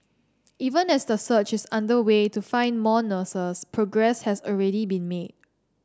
even as the search is underway to find more nurses progress has already been made